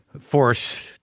force